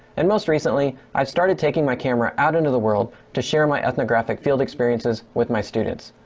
and most recently i started taking my camera out into the world to share my ethnographic field experiences with my students.